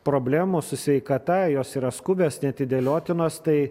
problemų su sveikata jos yra skubios neatidėliotinos tai